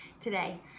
today